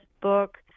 book